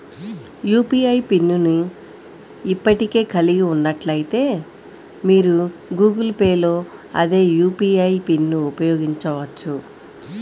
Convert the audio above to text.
UPI PIN ను ఇప్పటికే కలిగి ఉన్నట్లయితే, మీరు గూగుల్ పే లో అదే యూ.పీ.ఐ పిన్ను ఉపయోగించవచ్చు